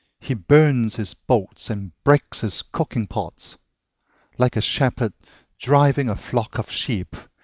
he burns his boats and breaks his cooking-pots like a shepherd driving a flock of sheep,